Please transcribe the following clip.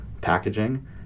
packaging